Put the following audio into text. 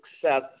success